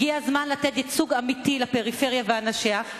הגיע הזמן לתת ייצוג אמיתי לפריפריה ואנשיה.